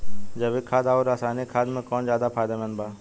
जैविक खाद आउर रसायनिक खाद मे कौन ज्यादा फायदेमंद बा?